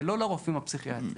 ולא לרופאים הפסיכיאטרים.